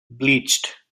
bleached